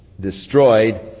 destroyed